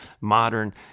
modern